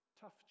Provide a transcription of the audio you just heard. tough